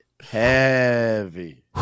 heavy